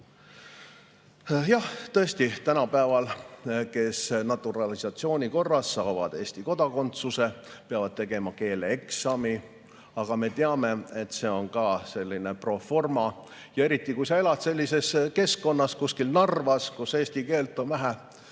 Jah, tõesti, tänapäeval peavad need, kes naturalisatsiooni korras saavad Eesti kodakondsuse, tegema keeleeksami, aga me teame, et see on ka sellinepro forma. Ja eriti, kui sa elad sellises keskkonnas, kuskil Narvas, kus eesti keelt on vaja